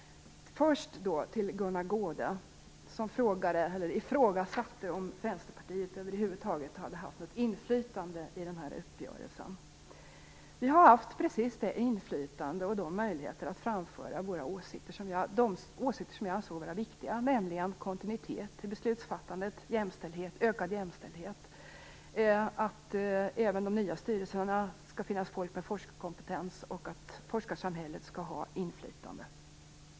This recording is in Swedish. Gunnar Goude ifrågasatte om Vänsterpartiet över huvud taget hade haft något inflytande över uppgörelsen. Vi har haft precis det inflytande och de möjligheter att framföra våra åsikter som vi anser vara viktiga, nämligen att det skall vara kontinuitet i beslutsfattandet och ökad jämställdhet samt att det även i de nya styrelserna skall finnas människor med forskarkompetens och att forskarsamhället skall ha inflytande.